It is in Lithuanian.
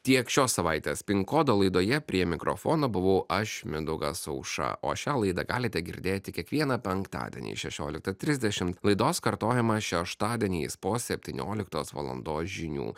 tiek šios savaitės pin kodo laidoje prie mikrofono buvau aš mindaugas aušra o šią laidą galite girdėti kiekvieną penktadienį šešioliktą trisdešim laidos kartojimą šeštadieniais po septynioliktos valandos žinių